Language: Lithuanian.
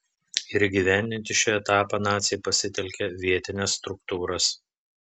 ir įgyvendinti šį etapą naciai pasitelkė vietines struktūras